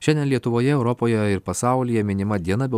šiandien lietuvoje europoje ir pasaulyje minima diena be